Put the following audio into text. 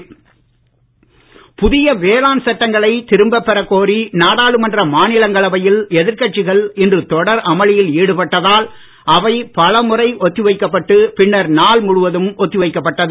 மாநிலங்களவை புதிய வேளாண் சட்டங்களை திரும்ப பெறக் கோரி நாடாளுமன்ற மாநிலங்களவையில் எதிர்கட்சிகள் இன்று தொடர் அமளியில் ஈடுபட்டதால் அவை பலமுறை ஒத்தி வைக்கப்பட்டு பின்னர் நாள் முழுவதும் ஒத்தி வைக்கப்பட்டது